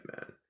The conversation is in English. man